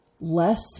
less